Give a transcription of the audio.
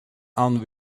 aan